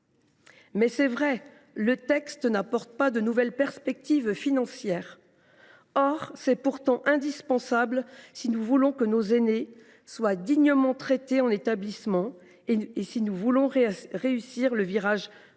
il est vrai que le texte n’apporte pas de nouvelles perspectives financières. Or celles ci sont indispensables si nous voulons que nos aînés soient dignement traités en établissement, et si nous voulons réussir le virage domiciliaire